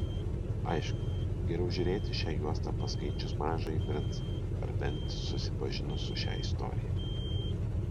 aišku geriau žiūrėti šią juostą paskaičius mažąjį princą ar bent susipažinus su šia istorija